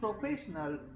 professional